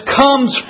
comes